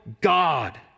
God